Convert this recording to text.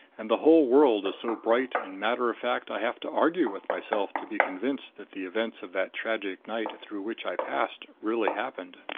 and the whole world is so bright and matter-of-fact i have to argue with myself to be convinced that the events of that tragic night through which i passed really happened.